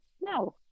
No